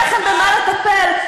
אין לכם במה לטפל?